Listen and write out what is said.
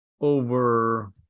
over